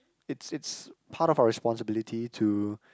it's it's part of our responsibility to